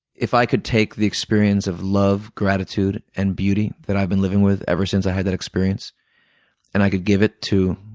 if i could take the experience of love, gratitude, and beauty that i've been living with ever since i've had that experience and i could give it to